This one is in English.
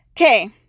okay